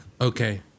okay